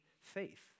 faith